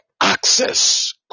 access